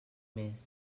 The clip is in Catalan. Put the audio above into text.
més